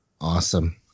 Awesome